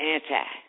Anti